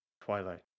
Twilight